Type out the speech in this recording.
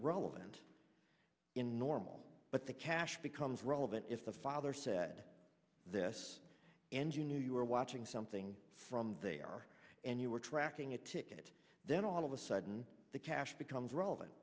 relevant in normal but the cash becomes relevant if the father said this and you knew you were watching something from there and you were tracking a ticket then all of a sudden the cash becomes relevant